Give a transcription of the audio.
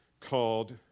called